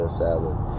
salad